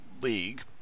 League